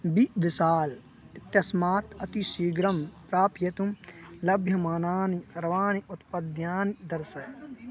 B Vishal इत्यस्मात् अतिशीघ्रं प्राप्तुं लभ्यमानानि सर्वाणि उत्पाद्यानि दर्शय